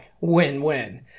Win-win